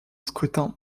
scrutin